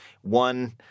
one